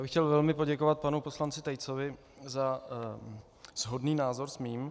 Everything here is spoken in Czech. Já bych chtěl velmi poděkovat panu poslanci Tejcovi za shodný názor s mým.